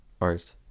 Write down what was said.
art